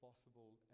possible